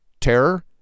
terror